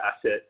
asset